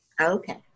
Okay